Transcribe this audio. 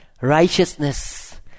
righteousness